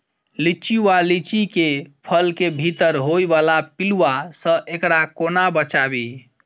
लिच्ची वा लीची केँ फल केँ भीतर होइ वला पिलुआ सऽ एकरा कोना बचाबी?